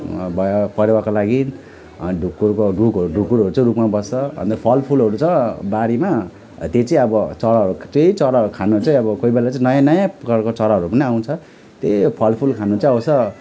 भयो परेवाको लागि अनि ढुकुरको ढुकहरको ढुकुरहरू चाहिँ रुखमा बस्छ अन्त फलफुलहरू छ बारीमा त्यो चाहिँ अब चराहरू चाहिँ चराहरूको खाना चाहिँ अब केही बेला चाहिँ नयाँ नयाँ प्रकारको चराहरू पनि आउँछ त्यही हो फलफुल खानु चाहिँ आउँछ